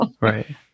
Right